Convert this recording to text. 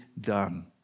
done